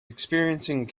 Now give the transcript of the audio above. experiencing